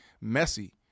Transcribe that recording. messy